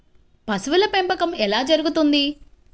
పశువుల పెంపకం ఎలా జరుగుతుంది?